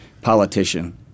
politician